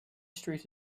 street